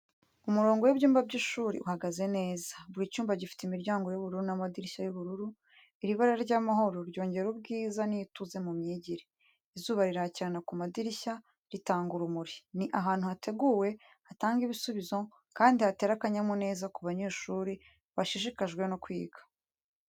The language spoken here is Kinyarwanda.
Umurongo w’ibyumba by’ishuri uhagaze neza, buri cyumba gifite imiryango y’ubururu n’amadirishya y’ubururu. Iri bara ry'amahoro ryongera ubwiza n’ituze mu myigire. Izuba rirakirana ku madirishya, ritanga urumuri. Ni ahantu hateguwe, hatanga ibisubizo, kandi hatera akanyamuneza ku banyeshuri bashishikajwe no kwiga.